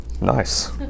Nice